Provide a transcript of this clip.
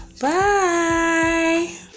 Bye